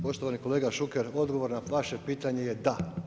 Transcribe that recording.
Poštovani kolega Šuker, odgovor na vaše pitanje je da.